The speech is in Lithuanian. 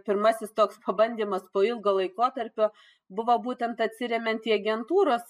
pirmasis toks pabandymas po ilgo laikotarpio buvo būtent atsiremiant į agentūros